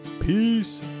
Peace